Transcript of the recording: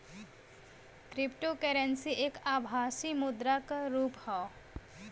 cryptocurrency एक आभासी मुद्रा क रुप हौ